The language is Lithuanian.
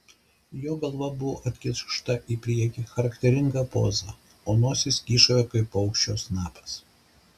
jo galva buvo atkišta į priekį charakteringa poza o nosis kyšojo kaip paukščio snapas